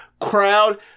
crowd